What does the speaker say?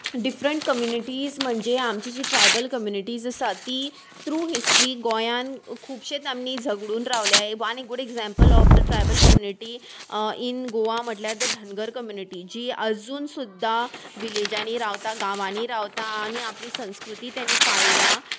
different communities म्हणजे आमची जी ट्रायबल कम्युनिटीज आसा ती थ्रू हिस्ट्री गोंयान खुबशेच आमी झगडून रावल्या वान एक good example of the tribal community in Goa म्हटल्यार द धनगर कम्युनिटी जी आजून सुद्दा विलेजांनी रावता गांवांनी रावता आनी आपली संस्कृती तेणी पाळल्या